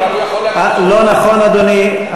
אבל הוא יכול, לא נכון, אדוני.